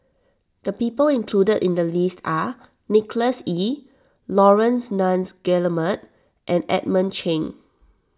the people included in the list are Nicholas Ee Laurence Nunns Guillemard and Edmund Cheng